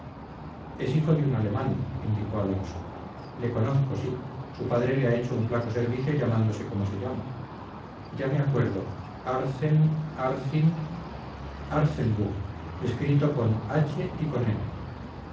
es hijo de un alemán indicó alonso le conozco sí su padre le ha hecho un flaco servicio llamándose como se llama ya me acuerdo arzen arzin arzembuch escrito con h y con